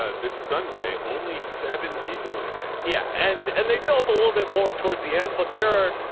ah this sunday, only seven people in it right now. yeah and and they fill up a little bit more towards the end. but there are,